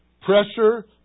pressure